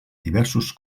diversos